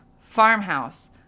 farmhouse